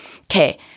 okay